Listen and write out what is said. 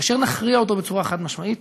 כאשר נכריע אותו בצורה חד-משמעית,